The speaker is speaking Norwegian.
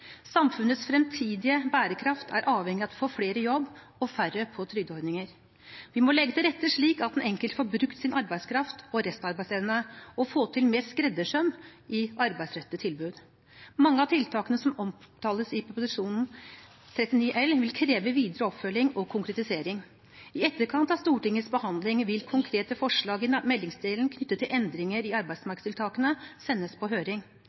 Samfunnets fremtidige bærekraft er avhengig av å få flere i jobb og færre på trygdeordninger. Vi må legge til rette slik at den enkelte får brukt sin arbeidskraft og restarbeidsevne, og få til mer skreddersøm i arbeidsrettede tilbud. Mange av tiltakene som omtales i Prop. 39 L, vil kreve videre oppfølging og konkretisering. I etterkant av Stortingets behandling vil konkrete forslag i meldingsdelen knyttet til endringer i arbeidsmarkedstiltakene sendes på høring.